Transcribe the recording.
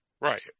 Right